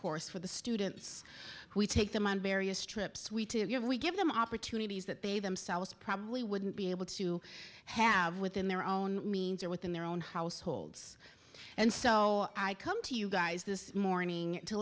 course for the students who take them on various trips we to give we give them opportunities that they themselves probably wouldn't be able to have within their own means or within their own households and so i come to you guys this morning to